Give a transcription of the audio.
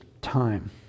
time